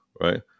right